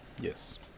Yes